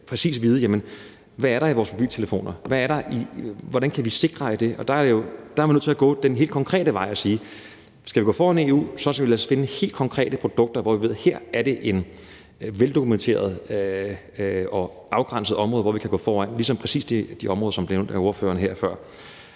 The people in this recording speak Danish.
præcis kan vide, hvad der er i vores mobiltelefoner, og hvordan kan vi sikre os dér. Der er man nødt til at gå den helt konkrete vej og sige: Skal vi gå foran EU, skal vi også finde helt konkrete produkter og vide, at det er et veldokumenteret og afgrænset område, hvor vi kan gå foran, præcis ligesom på de områder, som blev nævnt af ordføreren her før.